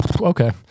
okay